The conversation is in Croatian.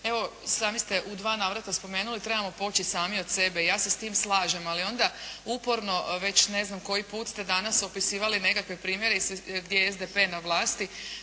evo sami ste u dva navrata spomenuli, trebamo poći sami od sebe, ja se s tim slažem. Ali onda uporno već ne znam koji put ste danas opisivali nekakve primjere gdje je SDP na vlasti,